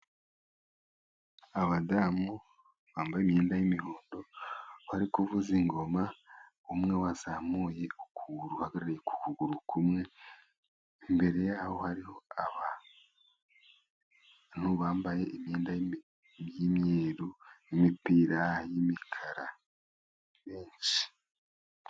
Abadamu bambaye imyenda y'umuhondo bari kuvuza ingoma, umwe wazamuye ukuguru uhagarariye ku kuguru kumwe. Imbere yaho hariho bantu bambaye imyenda y'imyeru, n'imipira y'imikara benshi.